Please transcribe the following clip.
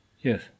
Yes